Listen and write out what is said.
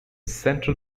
central